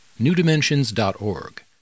newdimensions.org